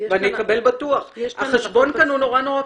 אני ארקבל בטוח" החשבון כאן הוא נורא פשוט.